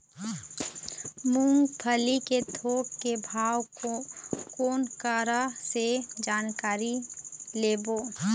मूंगफली के थोक के भाव कोन करा से जानकारी लेबो?